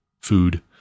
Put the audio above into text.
Food